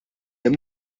hemm